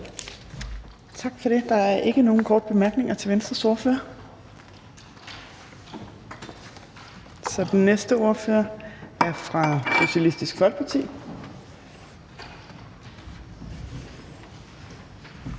Tak for det. Der er ikke nogen korte bemærkninger til Venstres ordfører. Så er den næste ordfører fra Socialistisk Folkeparti.